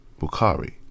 Bukhari